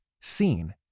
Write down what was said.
seen